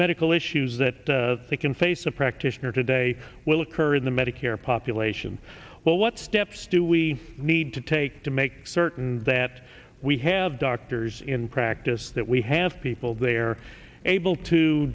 medical issues that they can face a practitioner today will occur in the medicare population well what steps do we need to take to make certain that we have doctors in practice that we have people there able to